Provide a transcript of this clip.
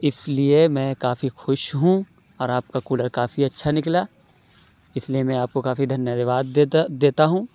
اِس لیے میں کافی خوش ہوں اور آپ کا کولر کافی اچھا نکلا اِس لیے میں آپ کو کافی دھنیواد دیتا دیتا ہوں